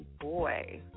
boy